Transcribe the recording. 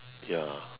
ya